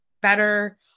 better